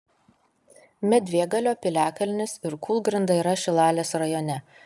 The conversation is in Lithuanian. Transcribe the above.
medvėgalio piliakalnis ir kūlgrinda yra šilalės rajone